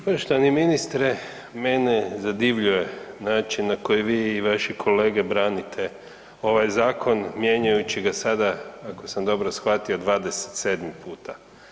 Poštovani ministre, mene zadivljuje način na koji vi i vaši kolege branite ovaj zakon mijenjajući ga sada, ako sam dobro shvatio 27 puta.